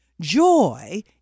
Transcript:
Joy